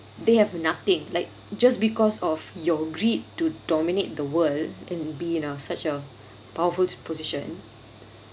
they have nothing like just because of your greed to dominate the world and be in a such a powerful position